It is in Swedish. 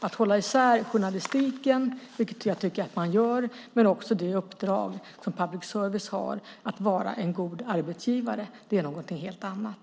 Att hålla isär journalistiken, vilket jag tycker att man gör, men också det uppdrag som public service har - att vara en god arbetsgivare - är något helt annat.